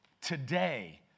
today